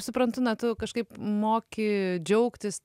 suprantu na tu kažkaip moki džiaugtis